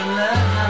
love